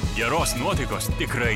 geros nuotaikos tikrai